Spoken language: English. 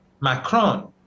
Macron